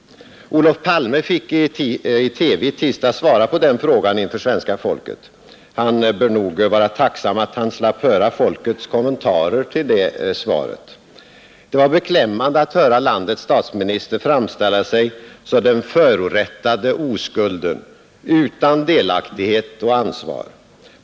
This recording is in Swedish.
Olof Palme fick i TV i tisdags svara på den frågan inför svenska folket. Han bör nog vara tacksam att han slapp höra folkets kommentarer till svaret. Det var beklämmande att höra landets statsminister framställa sig som den förorättade oskulden utan delaktighet och ansvar.